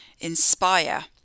inspire